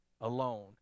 alone